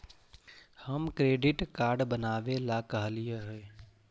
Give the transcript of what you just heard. हम credit card बनावे ला कहलिऐ हे?